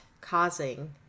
causing